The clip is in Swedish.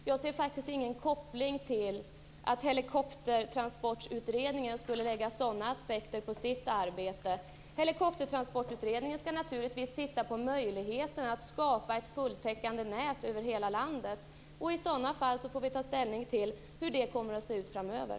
Jag ser ingen koppling på det sättet att Helikoptertransportutredningen skulle behöva lägga in sådana aspekter i sitt arbete. Helikoptertransportutredningen skall naturligtvis titta på möjligheterna att skapa ett heltäckande nät över hela landet, och vi får sedan ta ställning till hur det kommer att se ut framöver.